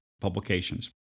publications